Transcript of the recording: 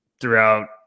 throughout